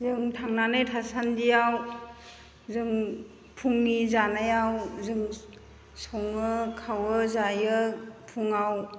जों थांनानै थासान्दियाव जों फुंनि जानायाव जों सङो खावो जायो फुङाव